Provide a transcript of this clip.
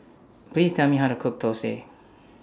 Please Tell Me How to Cook Thosai